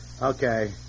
Okay